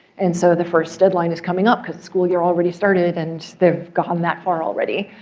and so the first deadline is coming up because the school year already started, and they've gone that far already.